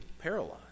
paralyzed